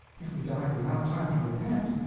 if we died without time to repent.